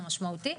זה משמעותי,